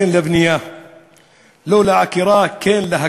כן לבנייה,